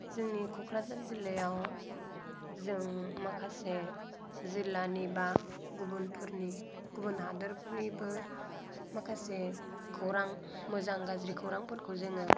जोंनि क'क्राझार जिल्लायाव जों माखासे जिल्लानि बा गुबुनफोरनि गुबुन हादोरफोरनिबो माखासे खौरां मोजां गाज्रि खौरांफोरखौ जोङो